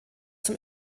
zum